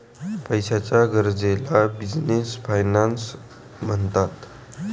पैशाच्या गरजेला business finance म्हणतात